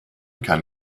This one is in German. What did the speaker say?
kann